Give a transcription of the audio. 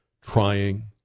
trying